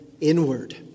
inward